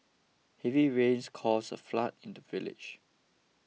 heavy rains caused a flood in the village